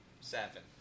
Seven